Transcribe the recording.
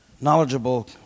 knowledgeable